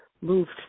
moved